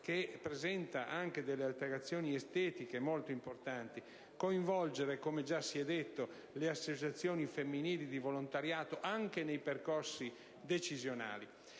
che presenta anche delle alterazioni estetiche molto importanti, e un coinvolgimento, come già si è detto, delle associazioni femminili di volontariato anche nei percorsi decisionali.